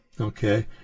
Okay